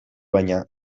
baina